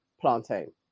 plantain